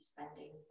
Spending